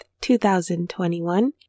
2021